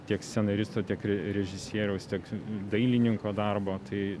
tiek scenaristo režisieriaus tiek dailininko darbo tai